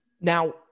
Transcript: Now